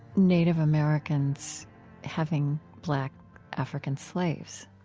native americans having black african slaves?